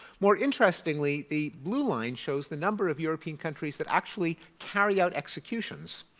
more interestingly the blue line, shows the number of european countries that actually carry out executions.